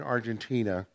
Argentina